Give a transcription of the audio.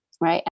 right